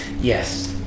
Yes